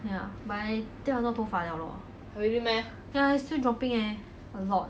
ya but I 掉很多头发 liao lor ya I still dropping leh a lot